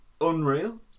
unreal